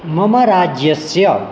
मम राज्यस्य